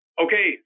Okay